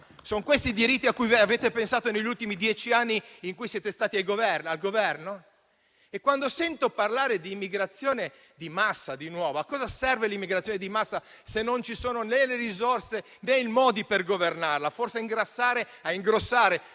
Sono questi i diritti a cui avete pensato negli ultimi dieci anni in cui siete stati al Governo? Sento parlare di immigrazione di massa, ma a cosa serve l'immigrazione di massa, se non ci sono né le risorse, né i modi per governarla? Forse a ingrossare